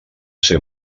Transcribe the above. ser